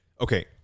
okay